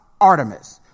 Artemis